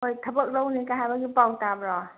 ꯍꯣꯏ ꯊꯕꯛ ꯂꯧꯅꯤꯀ ꯍꯥꯏꯕꯒꯤ ꯄꯥꯎ ꯇꯥꯕ꯭ꯔꯣ